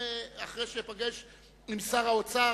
אחרי שאפגש עם שר האוצר,